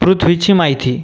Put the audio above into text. पृथ्वीची माहिती